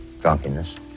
drunkenness